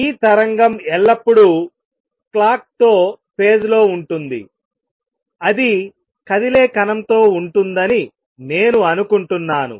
ఈ తరంగం ఎల్లప్పుడూ క్లాక్ తో ఫేజ్ లో ఉంటుందిఅది కదిలే కణంతో ఉంటుందని నేను అనుకుంటున్నాను